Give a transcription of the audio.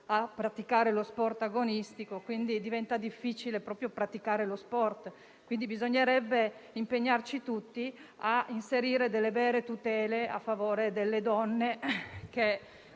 a praticare lo sport agonistico, quindi diventa difficile proprio praticare lo sport, ragion per cui bisognerebbe impegnarci tutti a inserire vere tutele a favore delle donne che